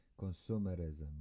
consumerism